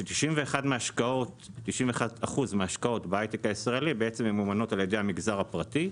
זה ש-91% מההשקעות בהייטק הישראלי ממומנות על ידי המגזר הפרטי.